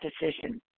decision